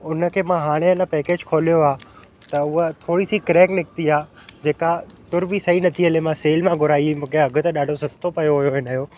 उन खे मां हाणे अञा पैकेज खोलियो आहे त उहा थोरी सी क्रेक निकिती आहे जेका तुर बि सही नथी हले मां सेल मां घुराई हुई मूंखे अघ त ॾाढो सस्तो पियो हुओ इन जो